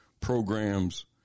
programs